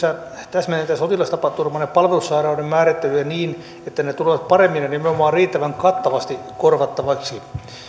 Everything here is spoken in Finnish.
täsmennetään sotilastapaturman ja palvelussairauden määrittelyjä niin että ne tulevat paremmin ja nimenomaan riittävän kattavasti korvattaviksi